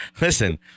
listen